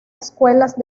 escuelas